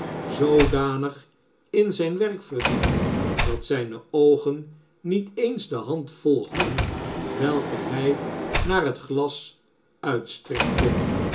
zoodanig in zn'n werk verdiept dat zjjne oogen niet eens de hand volgden welke hij naar het glas uitstrekte